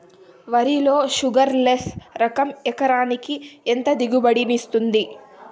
వరి లో sugarless less రకం ఎకరాకి ఎంత దిగుబడినిస్తుంది